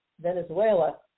Venezuela